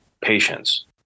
patients